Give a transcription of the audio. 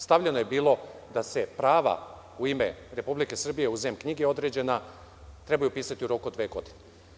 Stavljeno je bilo – da se prava u ime Republike Srbije u zemljišne knjige određena, trebaju upisati u roku od dve godine.